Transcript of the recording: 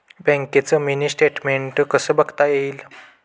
बँकेचं mini statement कसं बघता येईल?